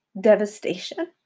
devastation